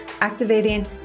activating